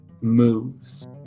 moves